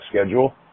schedule